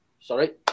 sorry